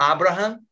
Abraham